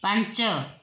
ପାଞ୍ଚ